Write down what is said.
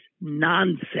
nonsense